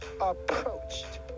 approached